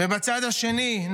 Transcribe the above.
בצד השני,